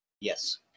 Yes